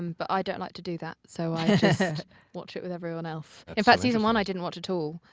um but i don't like to do that, so i just watch it with everyone else. in fact, season one i didn't watch at all.